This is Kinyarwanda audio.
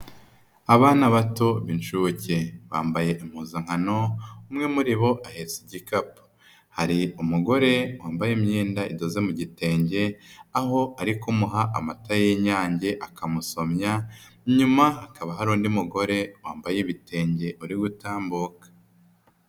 Abana bato b'inshuke, bambaye impuzankano, umwe muri bo ahetse igikapu. Hari umugore wambaye imyenda idoze mu gitenge, aho ari kumuha amata y'inyange, akamusomya, inyuma hakaba hari undi mugore wambaye ibitenge, urimo utambuka.